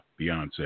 Beyonce